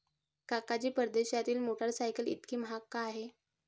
काका जी, परदेशातील मोटरसायकल इतकी महाग का आहे?